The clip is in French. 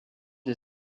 les